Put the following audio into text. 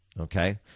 Okay